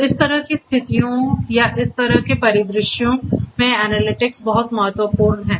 तो इस तरह की स्थितियों या इस तरह के परिदृश्यों में एनालिटिक्स बहुत महत्वपूर्ण है